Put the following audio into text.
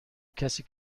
کسی